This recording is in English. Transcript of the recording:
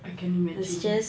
I can imagine